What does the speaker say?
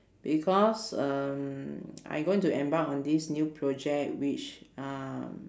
because um I going to embark on this new project which um